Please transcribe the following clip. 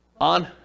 On